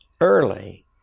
early